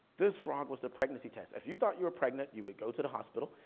this frog was the pregnancy test. if you thought you were pregnant, you would go to the hospital,